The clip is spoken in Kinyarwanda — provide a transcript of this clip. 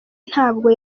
ntabwo